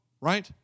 right